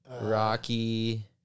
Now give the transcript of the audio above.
Rocky